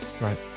Right